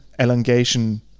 elongation